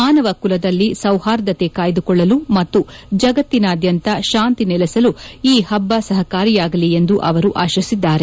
ಮಾನವ ಕುಲದಲ್ಲಿ ಸೌರ್ಹಾದತೆ ಕಾಯ್ದುಕೊಳ್ಳಲು ಮತ್ತು ಜಗತ್ತಿನಾದ್ಯಂತ ಶಾಂತಿ ನೆಲೆಸಲು ಈ ಹಬ್ಬ ಸಹಕಾರಿಯಾಗಲಿ ಎಂದು ಅವರು ಆಶಿಸಿದ್ದಾರೆ